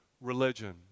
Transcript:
religion